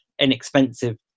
inexpensive